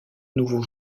nouveaux